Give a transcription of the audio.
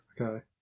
Okay